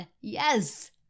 Yes